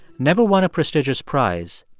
never won a prestigious prize,